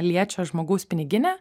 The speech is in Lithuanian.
liečia žmogaus piniginę